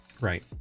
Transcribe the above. right